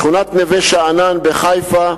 בשכונת נווה-שאנן בחיפה.